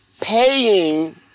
paying